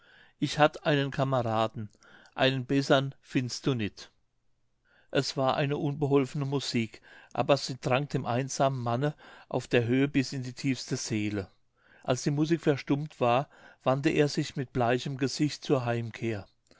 ich hatt einen kameraden einen bessern findst du nit es war eine unbeholfene musik aber sie drang dem einsamen manne auf der höhe bis in die tiefste seele als die musik verstummt war wandte er sich mit bleichem gesicht zur heimkehr